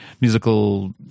musical